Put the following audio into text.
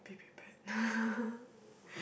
be prepared